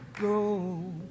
go